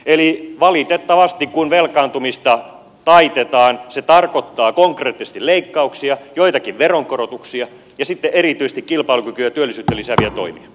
eli valitettavasti kun velkaantumista taitetaan se tarkoittaa konkreettisesti leikkauksia joitakin veronkorotuksia ja sitten erityisesti kilpailukykyä ja työllisyyttä lisääviä toimia